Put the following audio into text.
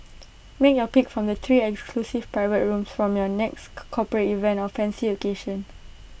make your pick from the three exclusive private rooms from your next corporate event or fancy occasion